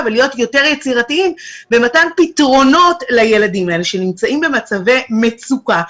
ולהיות יותר יצירתיים במתן פתרונות לילדים האלה שנמצאים במצבי מצוקה,